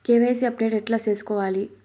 KYC update ఎట్లా సేసుకోవాలి?